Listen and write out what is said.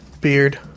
beard